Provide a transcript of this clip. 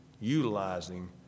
utilizing